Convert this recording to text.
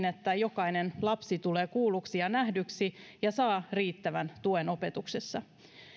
että jokainen lapsi tulee kuulluksi ja nähdyksi ja saa riittävän tuen opetuksessa